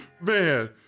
Man